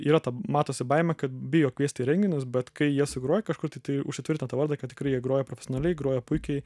yra ta matosi baimė kad bijo kviesti į renginius bet kai jie sugroja kažkur tai tai užsitvirtinta tą vardą kad tikrai jie groja profesionaliai groja puikiai